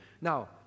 Now